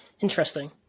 Interesting